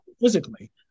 physically